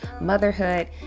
motherhood